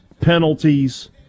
penalties